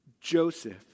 Joseph